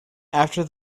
after